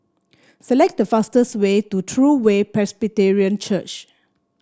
select the fastest way to True Way Presbyterian Church